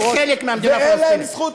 כי ירושלים המזרחית תהיה חלק מהמדינה הפלסטינית.